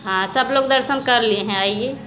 हाँ सब लोग दर्शन कर लिए हैं आइए